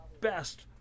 best